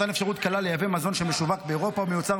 מתן אפשרות קלה לייבא מזון שמשווק מאירופה או מיוצר